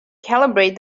calibrate